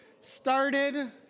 started